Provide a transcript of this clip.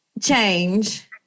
change